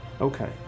Okay